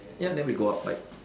ya then we go out like